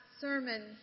sermon